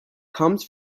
comes